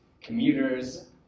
commuters